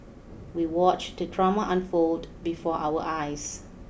we watched the drama unfold before our eyes